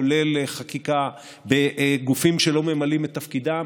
כולל חקיקה בגופים שלא ממלאים את תפקידם.